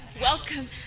Welcome